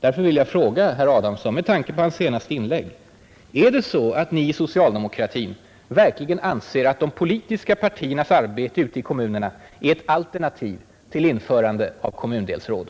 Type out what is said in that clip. Jag vill fråga herr Adamsson: Är det så att ni i socialdemokratin verkligen anser att de politiska partiernas arbete ute i kommunerna är ett alternativ till införande av kommundelsråd?